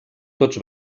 tots